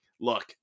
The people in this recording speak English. look